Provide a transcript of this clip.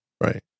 right